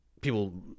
people